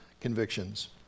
convictions